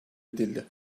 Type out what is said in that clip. edildi